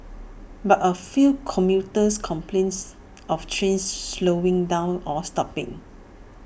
but A few commuters complains of trains slowing down or stopping